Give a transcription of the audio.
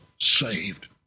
saved